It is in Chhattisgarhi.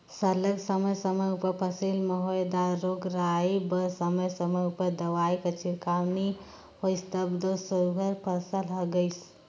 सरलग समे समे उपर फसिल में होए दार रोग राई बर समे समे उपर दवई कर छिड़काव नी होइस तब दो सुग्घर फसिल हर गइस